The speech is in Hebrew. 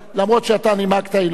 למרות העובדה שאתה נימקת, היא לא נתקבלה.